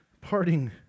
parting